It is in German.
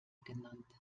genannt